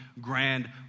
grand